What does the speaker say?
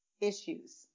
issues